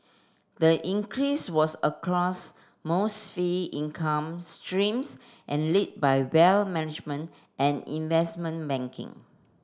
the increase was across most fee income streams and lead by well management and investment banking